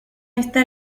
esta